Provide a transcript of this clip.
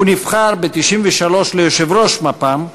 הוא נבחר ב-1993 ליושב-ראש מפ"ם,